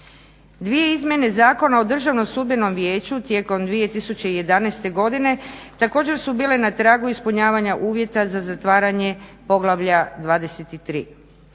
dvije izmjene Zakona o Državnom sudbenom vijeću tijekom 2011.godine također su bile na tragu ispunjavanja uvjeta za zatvaranje poglavlja 23.